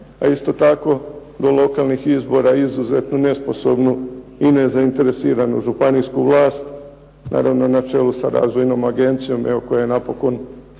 a isto tako do lokalnih izbora izuzetno nesposobnu i nezainteresiranu županijsku vlast naravno na čelu sa razvojnom agencijom koja je napokon